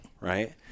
right